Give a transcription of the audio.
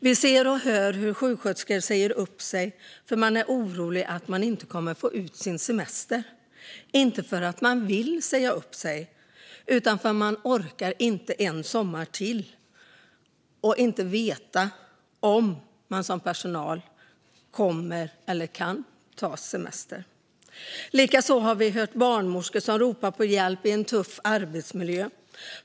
Vi ser och hör hur sjuksköterskor säger upp sig för att de är oroliga över att inte få ut sin semester, inte för att de vill säga upp sig utan för att de inte orkar en sommar till då de inte vet om de kommer att kunna ta semester. Likaså har vi hört barnmorskor som ropar på hjälp i en tuff arbetsmiljö.